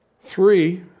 Three